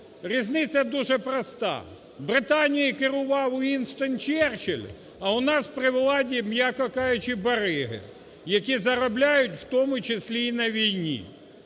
Різниця дуже проста: Британією керував Уїнстон Черчіль, а у нас при владі, м'яко кажучи, бариги, які заробляють, в тому числі і на війні.